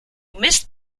mist